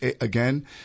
again